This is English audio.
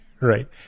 right